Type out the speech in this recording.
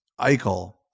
Eichel